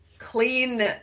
clean